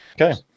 Okay